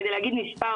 כדי להגיד מספר,